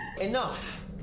Enough